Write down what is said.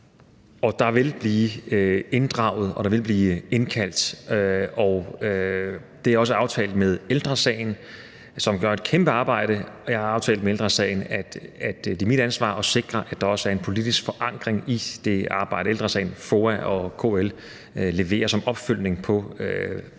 Der vil blive inddraget, og der vil blive indkaldt. Jeg har også aftalt med Ældre Sagen, som gør et kæmpe arbejde, at det er mit ansvar at sikre, at der også er en politisk forankring i det arbejde, Ældre Sagen, FOA og KL leverer som opfølgning på den